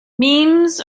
memes